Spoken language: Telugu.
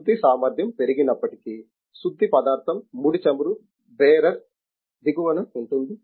శుద్ధి సామర్థ్యం పెరిగినప్పటికీ శుద్ధి పదార్థం ముడి చమురు బేరర్ దిగువన ఉంటుంది